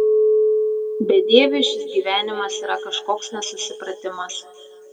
bedieviui šis gyvenimas yra kažkoks nesusipratimas